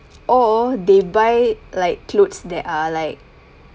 oh they buy like clothes that are like